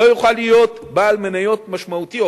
לא יוכל להיות בעל מניות משמעותי,